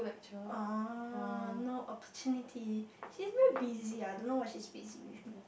oh no opportunity she's very busy I don't know what she's busy with me